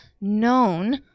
known